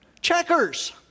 Checkers